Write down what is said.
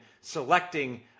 selecting